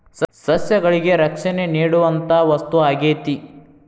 ಸಸ್ಯಗಳಿಗೆ ರಕ್ಷಣೆ ನೇಡುವಂತಾ ವಸ್ತು ಆಗೇತಿ